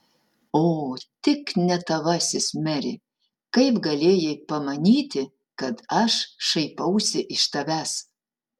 o tik ne tavasis meri kaip galėjai pamanyti kad aš šaipausi iš tavęs